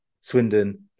Swindon